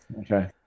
okay